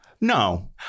No